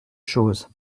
chose